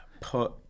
put